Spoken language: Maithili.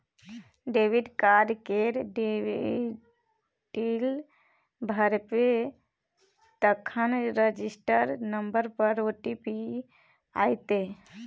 डेबिट कार्ड केर डिटेल भरबै तखन रजिस्टर नंबर पर ओ.टी.पी आएत